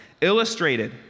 illustrated